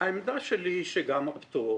העמדה שלי היא שגם הפטור